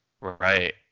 Right